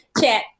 chat